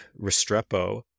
Restrepo